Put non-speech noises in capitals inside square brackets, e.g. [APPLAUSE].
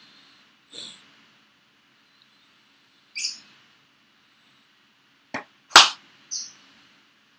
[BREATH]